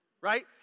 Right